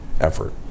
effort